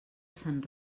sant